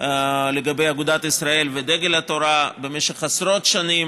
לגבי אגודת ישראל ודגל התורה במשך עשרות שנים